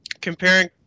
Comparing